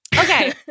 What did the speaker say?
Okay